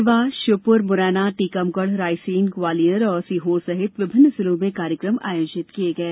देवास श्योपुर मुरैना टीकमगढ़ रायसेनग्वालियर और सीहोर सहित विभिन्न जिलों में कार्यक्रम आयोजित किये गये